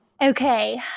Okay